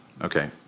Okay